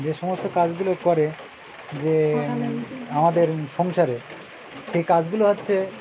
যে সমস্ত কাজগুলো করে যে আমাদের সংসারে সেই কাজগুলো হচ্ছে